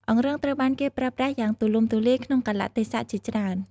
អង្រឹងត្រូវបានគេប្រើប្រាស់យ៉ាងទូលំទូលាយក្នុងកាលៈទេសៈជាច្រើន។